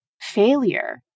failure